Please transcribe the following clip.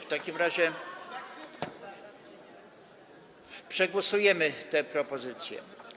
W takim razie przegłosujemy tę propozycję.